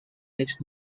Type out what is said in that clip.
next